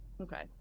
Okay